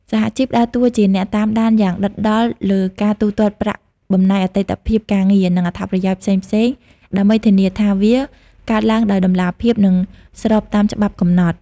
សហជីពដើរតួជាអ្នកតាមដានយ៉ាងដិតដល់លើការទូទាត់ប្រាក់បំណាច់អតីតភាពការងារ និងអត្ថប្រយោជន៍ផ្សេងៗ ដើម្បីធានាថាវាកើតឡើងដោយតម្លាភាព និងស្របតាមច្បាប់កំណត់។